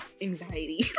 anxiety